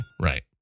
Right